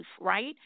right